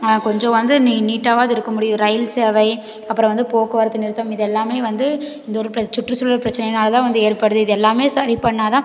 கொஞ்சம் வந்து நி நீட்டாவாவது இருக்கற முடியும் ரயில் சேவை அப்புறம் வந்து போக்குவரத்து நிறுத்தம் இதெல்லாமே வந்து இந்த ஒரு பிர் சுற்றுச்சூழல் பிரச்சினைனால தான் வந்து ஏற்படுது இதெல்லாமே சரி பண்ணால் தான்